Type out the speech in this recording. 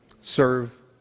Serve